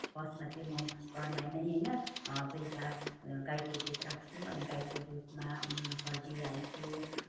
फर्स्टमा चाहिँ घरमै नै होइन बेलुका गाईको दुध राख्छु अनि गाईको दुधमा हर्दी हाल्छु